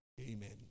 amen